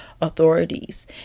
authorities